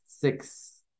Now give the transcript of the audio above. six